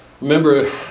Remember